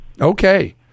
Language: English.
Okay